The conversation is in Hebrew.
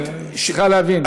את צריכה להבין.